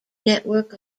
network